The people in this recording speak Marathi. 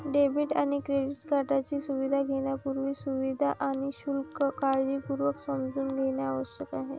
डेबिट आणि क्रेडिट कार्डची सुविधा घेण्यापूर्वी, सुविधा आणि शुल्क काळजीपूर्वक समजून घेणे आवश्यक आहे